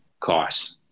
cost